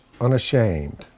unashamed